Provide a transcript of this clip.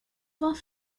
vingts